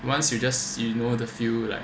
once you just you know the feel like